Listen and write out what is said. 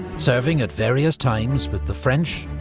serving at various times with the french,